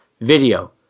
video